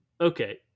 okay